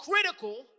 critical